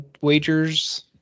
wagers